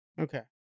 Okay